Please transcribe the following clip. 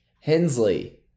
Hensley